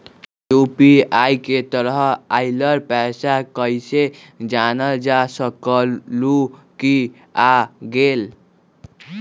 UPI के तहत आइल पैसा कईसे जानल जा सकहु की आ गेल?